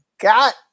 got